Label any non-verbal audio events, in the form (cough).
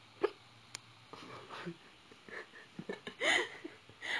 (laughs)